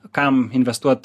kam investuot